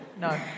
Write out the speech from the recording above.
No